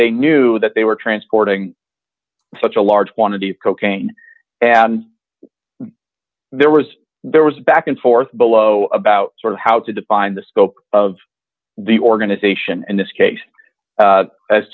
they knew that they were transporting such a large quantity of cocaine and there was there was a back and forth below about sort of how to define the scope of the organization and this case